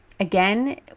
Again